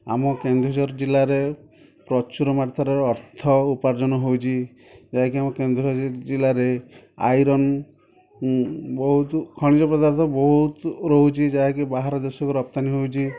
ଆମ କେନ୍ଦୁଝର ଜିଲ୍ଲାରେ ପ୍ରଚୁର ମାତ୍ରାରେ ଅର୍ଥ ଉପାର୍ଜନ ହେଉଛି ଯାହାକି ଆମ କେନ୍ଦୁଝର ଜିଲ୍ଲାରେ ଆଇରନ୍ ବହୁତୁ ଖଣିଜ ପଦାର୍ଥ ବହୁତୁ ରହୁଛି ଯାହାକି ବାହାର ଦେଶକୁ ରପ୍ତାନୀ ହେଉଛି